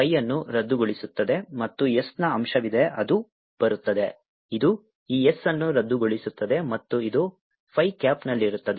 ಆದ್ದರಿಂದ ಈ pi ಈ pi ಅನ್ನು ರದ್ದುಗೊಳಿಸುತ್ತದೆ ಮತ್ತು s ನ ಅಂಶವಿದೆ ಅದು ಬರುತ್ತದೆ ಇದು ಈ s ಅನ್ನು ರದ್ದುಗೊಳಿಸುತ್ತದೆ ಮತ್ತು ಇದು phi ಕ್ಯಾಪ್ನಲ್ಲಿರುತ್ತದೆ